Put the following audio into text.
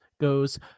goes